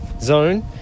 zone